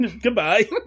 Goodbye